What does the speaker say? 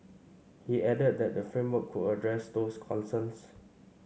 he added that the framework could address those concerns